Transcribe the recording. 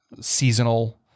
seasonal